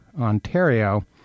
Ontario